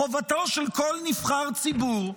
חובתו של כל נבחר ציבור,